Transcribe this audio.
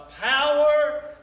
power